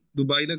Dubai